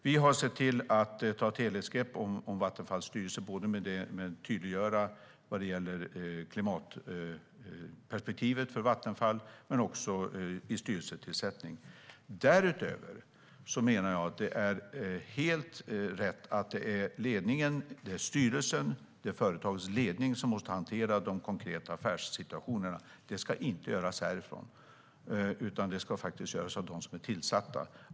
Vi har sett till att ta ett helhetsgrepp om Vattenfalls styrelse, både när det gäller att tydliggöra klimatperspektivet för Vattenfall och när det gäller styrelsetillsättningen. Därutöver menar jag att det är helt rätt att det är styrelsen, företagets ledning, som ska hantera de konkreta affärssituationerna. Det ska inte göras härifrån. Det ska göras av dem som är tillsatta.